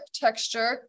texture